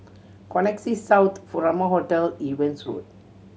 Connexis South Furama Hotel Evans Road